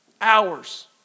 hours